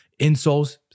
insoles